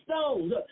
stones